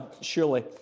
surely